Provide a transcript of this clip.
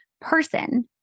person